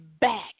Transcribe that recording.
back